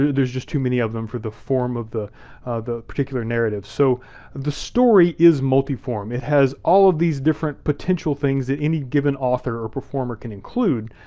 there's just too many of them for the form of the the particular narrative, so the story is multi-form. it has all of these different potential things that any given author or performer can include,